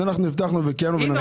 אז אנחנו הבטחנו וקיימנו ונמשיך.